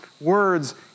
words